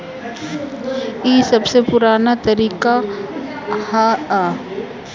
ई सबसे पुरान तरीका हअ